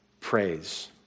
praise